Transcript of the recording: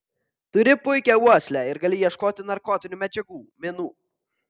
turi puikią uoslę ir gali ieškoti narkotinių medžiagų minų